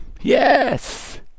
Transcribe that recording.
Yes